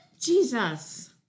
Jesus